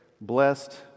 blessed